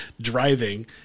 driving